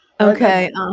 Okay